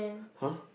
!huh!